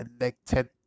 elected